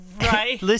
right